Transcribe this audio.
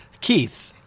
Keith